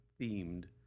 themed